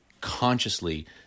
consciously